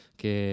che